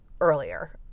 earlier